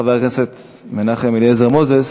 חבר הכנסת מנחם אליעזר מוזס,